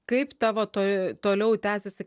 kaip tavo tai toliau tęsiasi